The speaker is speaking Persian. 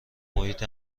محیط